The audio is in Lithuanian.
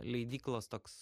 leidyklos toks